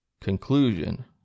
conclusion